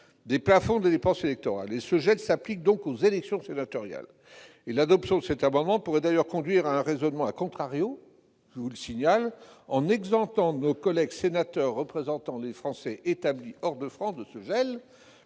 des plafonds des dépenses électorales. Ce gel s'applique donc aux élections sénatoriales. L'adoption de cet amendement pourrait d'ailleurs conduire à un raisonnement et à exempter ainsi nos collègues sénateurs représentant les Français établis hors de France de ce gel,